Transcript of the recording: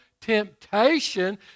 temptation